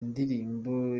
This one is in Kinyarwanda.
ndirimbo